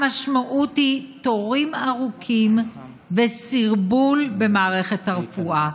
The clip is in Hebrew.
המשמעות היא תורים ארוכים וסרבול במערכת הרפואה.